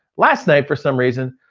last night for some reason,